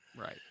Right